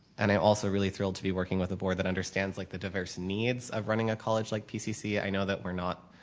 and i'm also really thrilled to be working with the board that understands like the diverse needs of running a college like pcc. i know that we're not